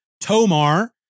Tomar